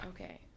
Okay